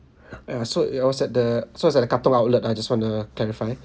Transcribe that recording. ah so it was at the so it was at the katong outlet I just want to clarify